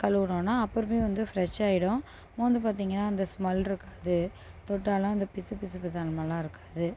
கழுவுனோன்னால் அப்புறமே வந்து ஃப்ரெஷ்ஷாக ஆகிடும் மோந்து பார்த்தீங்கன்னா அந்த ஸ்மெல்லிருக்காது தொட்டாலும் அந்த பிசுப்பிசுப்பு தன்மைலா இருக்காது